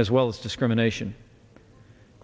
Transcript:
as well as discrimination